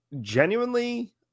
genuinely